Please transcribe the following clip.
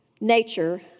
nature